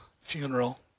funeral